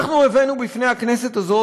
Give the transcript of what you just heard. אנחנו הבאנו בפני הכנסת הזאת,